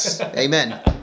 Amen